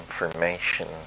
information